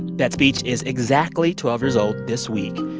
that speech is exactly twelve years old this week.